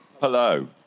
hello